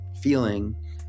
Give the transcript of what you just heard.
feeling